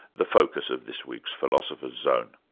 the focus of this week's philosopher's zone.